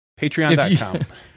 patreon.com